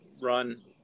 run